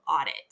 audit